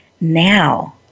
now